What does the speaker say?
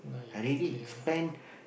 I already spend